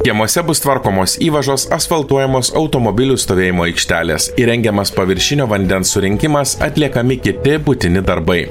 kiemuose bus tvarkomos įvažos asfaltuojamos automobilių stovėjimo aikštelės įrengiamas paviršinio vandens surinkimas atliekami kiti būtini darbai